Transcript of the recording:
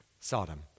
Sodom